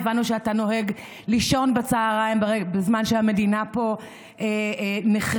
הבנו שאתה נוהג לישון בצוהריים בזמן שהמדינה פה נחרבת,